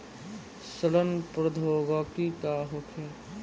सड़न प्रधौगकी का होखे?